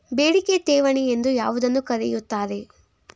ಬೇಡಿಕೆ ಠೇವಣಿ ಎಂದು ಯಾವುದನ್ನು ಕರೆಯುತ್ತಾರೆ?